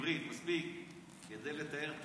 אין לי מספיק מילים בעברית לתאר את